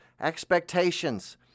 expectations